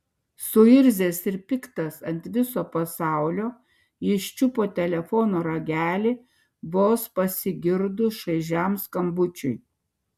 suirzęs ir piktas ant viso pasaulio jis čiupo telefono ragelį vos pasigirdus šaižiam skambučiui